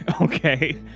okay